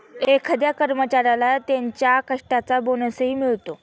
एखाद्या कर्मचाऱ्याला त्याच्या कष्टाचा बोनसही मिळतो